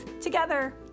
together